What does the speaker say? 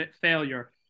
failure